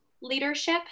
leadership